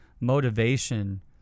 motivation